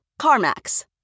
CarMax